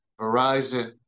Verizon